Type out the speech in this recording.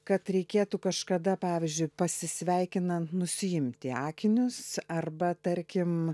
kad reikėtų kažkada pavyzdžiui pasisveikinant nusiimti akinius arba tarkim